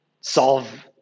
solve